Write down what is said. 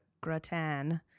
gratin